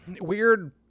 weird